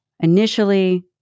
initially